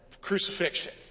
crucifixion